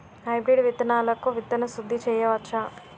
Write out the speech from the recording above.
Hybrid విత్తనాలకు విత్తన శుద్ది చేయవచ్చ?